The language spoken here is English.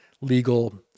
legal